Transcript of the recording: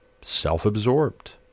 self-absorbed